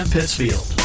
Pittsfield